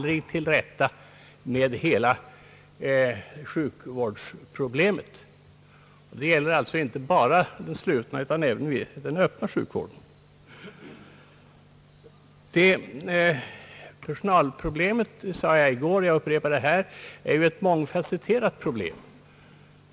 Det gäller alltså inte bara den slutna utan även den öppna sjukvården. Jag sade i går — och jag upprepar det här — att personalproblemet är ett mångfasetterat problem.